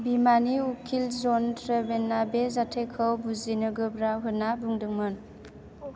बिमानि उखिल जन ट्रेभेना बे जाथायखौ बुजिनो गोब्राब होनना बुंदोंमोन